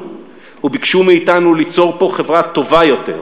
וביקשו מאתנו ליצור פה חברה טובה יותר,